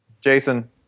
Jason